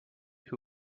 who